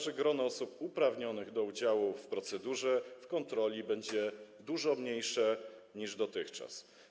Że grono osób uprawnionych do udziału w procedurze kontroli będzie dużo mniejsze niż dotychczas.